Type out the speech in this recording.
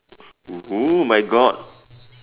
!woo! my God